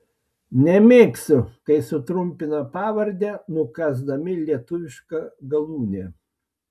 nemėgstu kai sutrumpina pavardę nukąsdami lietuvišką galūnę